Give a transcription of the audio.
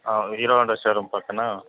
hero Honda showroom పక్కన